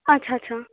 अच्छा अच्छा